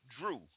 Drew